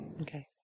Okay